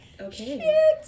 okay